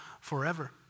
forever